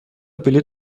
بلیط